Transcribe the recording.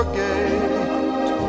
gate